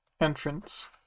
entrance